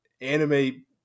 anime